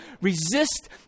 resist